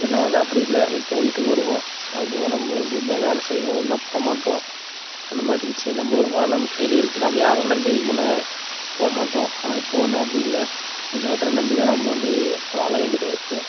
முன்ன வந்து அப்படி இல்லை இப்போ வீட்டுக்கு வருவோம் சாப்பிடுவோம் நம்ம முடிஞ்சால் வேலை செய்வோம் இல்லைன்னா போக மாட்டோம் அந்த மாதிரி இருந்துச்சு நம்ம வருமானம் நம்ம கையில் இருக்குது நம்ம யாரோ நம்பியும் இதுக்கு முன்னே போக மாட்டோம் ஆனால் இப்போ வந்து அப்படி இல்லை இன்னொருத்தரை நம்பி தான் நம்ம வந்து வாழ வேண்டிதாக இருக்குது